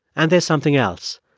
and there's something else.